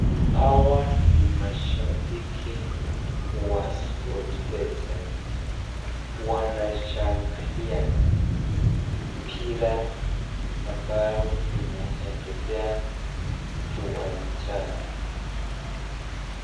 Hawa ni mashabiki wa sportpesa , wanashangilia mpira ambayo inaendelea kiwanjani.